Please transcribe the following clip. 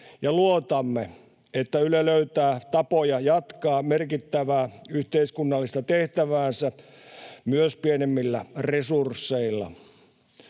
luotamme, että Yle löytää tapoja jatkaa merkittävää yhteiskunnallista tehtäväänsä myös pienemmillä resursseilla.